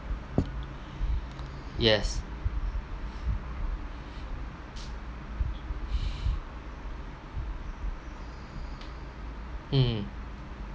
yes mm